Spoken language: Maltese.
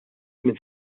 minn